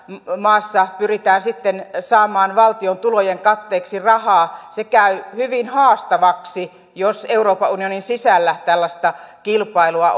maassa pyritään sitten saamaan valtion tulojen katteeksi rahaa se käy hyvin haastavaksi jos euroopan unionin sisällä tällaista kilpailua